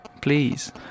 Please